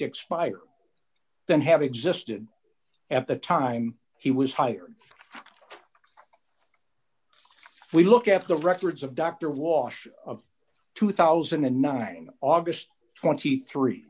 expired than have existed at the time he was hired we look at the records of dr watch of two thousand and nine august twenty three